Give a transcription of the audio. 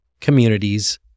communities